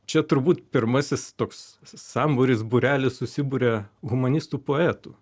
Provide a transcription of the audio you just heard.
čia turbūt pirmasis toks sambūris būrelis susiburia humanistų poetų